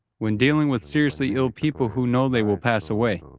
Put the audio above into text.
when dealing with seriously ill people who know they will pass away.